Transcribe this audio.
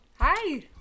hi